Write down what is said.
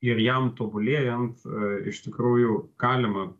ir jam tobulėjant iš tikrųjų galima